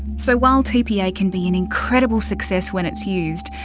so while tpa can be an incredible success when it's used,